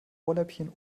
ohrläppchen